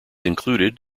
included